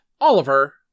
Oliver